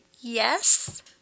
Yes